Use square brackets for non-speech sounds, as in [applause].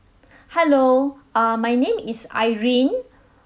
[breath] hello uh my name is irene [breath]